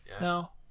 No